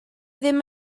ddim